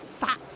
fat